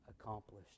accomplished